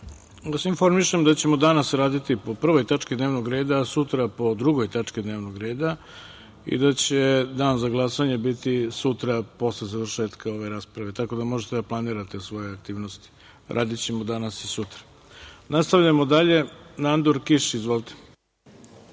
vas informišem da ćemo danas raditi po 1. tački dnevnog reda, a sutra po 2. tački dnevnog reda i da će dan za glasanje biti sutra posle završetka ove rasprave, tako da možete da planirate svoje aktivnosti. Radićemo danas i sutra. Nastavljamo dalje. Reč ima narodni